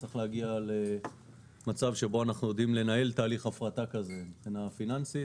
צריך להגיע למצב שבו אנחנו יודעים לנהל תהליך הפרטה כזה מבחינה פיננסית.